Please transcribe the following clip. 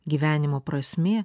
gyvenimo prasmė